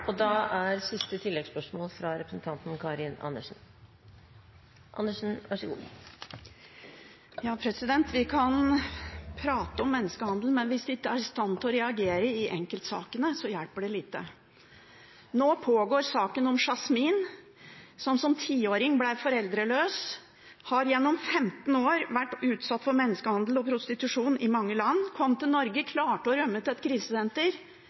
Karin Andersen – til oppfølgingsspørsmål. Vi kan prate om menneskehandel, men hvis en ikke er i stand til å reagere i enkeltsakene, så hjelper det lite. Når pågår saken om Yasmin, som som 10-åring ble foreldreløs, og gjennom 15 år har vært utsatt for menneskehandel og prostitusjon i mange land. Hun kom til Norge og klarte å rømme til et krisesenter,